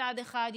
מצד אחד,